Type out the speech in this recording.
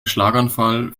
schlaganfall